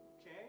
Okay